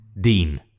Dean